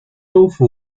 州府